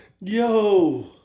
Yo